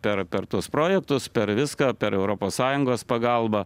per per tuos projektus per viską per europos sąjungos pagalbą